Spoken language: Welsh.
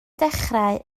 dechrau